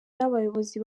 n’abayobozi